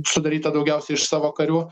sudaryta daugiausia iš savo karių